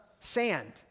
sand